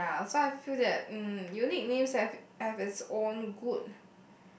ya so I feel that um unique names have have it's own good